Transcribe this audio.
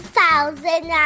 thousand